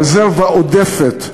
רזרבה עודפת,